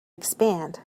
expand